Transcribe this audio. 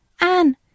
Anne